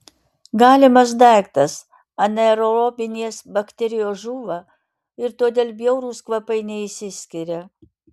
galimas daiktas anaerobinės bakterijos žūva ir todėl bjaurūs kvapai neišsiskiria